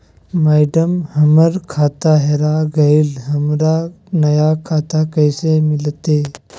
madam, हमर खाता हेरा गेलई, हमरा नया खाता कैसे मिलते